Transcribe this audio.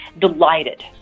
delighted